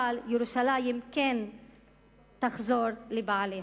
אבל ירושלים כן תחזור לבעליה.